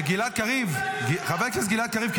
--- עלובים --- חבר הכנסת גלעד קריב,